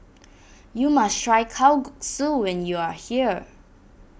you must try Kalguksu when you are here